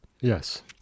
Yes